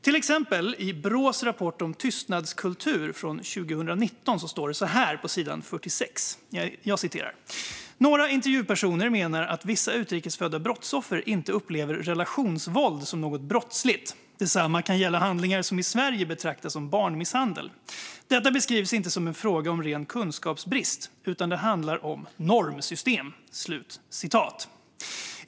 Till exempel skriver Brå i sin rapport Tystnadskulturer från 2019 på sidan 46: "Några intervjupersoner menar att vissa utlandsfödda brottsoffer inte uppfattar relationsvåld som något brottsligt. Detsamma kan gälla handlingar som i Sverige betraktas som barnmisshandel. Det beskrivs inte som en fråga om ren kunskapsbrist, utan att det handlar om normsystem."